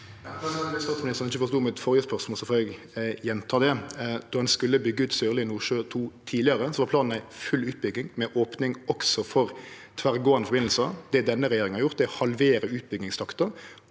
statsmi- nisteren ikkje forstod mitt førre spørsmål, får eg gjenta det. Då ein skulle byggje ut Sørlege Nordsjø II tidlegare, var planen ei full utbygging med opning også for tverrgåande forbindelsar. Det denne regjeringa har gjort, er å halvere utbyggingstakta